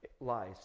lies